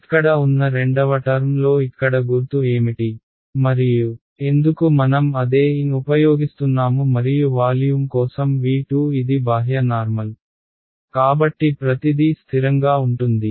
ఇక్కడ ఉన్న రెండవ టర్మ్లో ఇక్కడ గుర్తు ఏమిటి మరియు ఎందుకు మనం అదే n ఉపయోగిస్తున్నాము మరియు వాల్యూమ్ కోసం V2 ఇది బాహ్య నార్మల్ కాబట్టి ప్రతిదీ స్థిరంగా ఉంటుంది